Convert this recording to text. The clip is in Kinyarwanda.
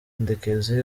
ndekezi